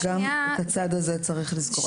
גם את הצד הזה צריך לזכור.